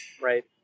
Right